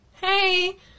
Hey